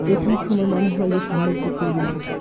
ওঠার সময় মনে হয় যে সামনের দিকে উঠলাম